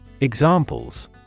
Examples